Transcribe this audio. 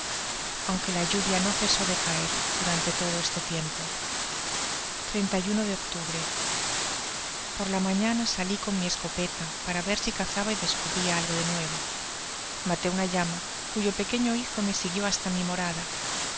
aunque la lluvia no cesó de caer durante todo ese tiempo de octubre por la maña sali con mi escopete para ver si cazaba y descubria algo de nuevo maté una llama cuyo pequeño hijo me siguió hasta mi morada